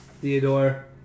Theodore